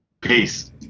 Peace